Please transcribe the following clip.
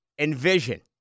Envision